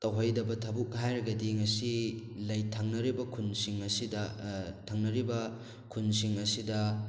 ꯇꯧꯍꯩꯗꯕ ꯊꯕꯛ ꯍꯥꯏꯔꯒꯗꯤ ꯉꯁꯤ ꯊꯪꯅꯔꯤꯕ ꯈꯨꯜꯁꯤꯡ ꯑꯁꯤꯗ ꯊꯪꯅꯔꯤꯕ ꯈꯨꯟꯁꯤꯡ ꯑꯁꯤꯗ